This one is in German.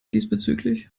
diesbezüglich